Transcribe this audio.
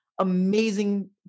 amazing